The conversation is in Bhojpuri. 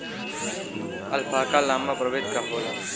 अल्पाका लामा प्रवृत्ति क होला